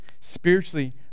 spiritually